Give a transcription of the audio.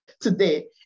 today